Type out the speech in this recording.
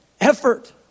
effort